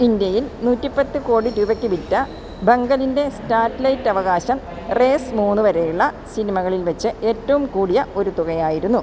ഇന്ത്യയിൽ നൂറ്റിപ്പത്ത് കോടി രൂപയ്ക്ക് വിറ്റ ദംഗലിന്റെ സ്റ്റാറ്റ്ലൈറ്റ് അവകാശം റേസ് മൂന്ന് വരെയുള്ള സിനിമകളിൽ വെച്ചേറ്റവും കൂടിയ ഒരു തുകയായിരുന്നു